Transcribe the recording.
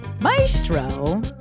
Maestro